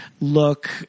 look